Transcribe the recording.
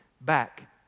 back